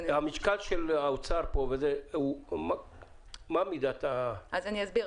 אני אסביר.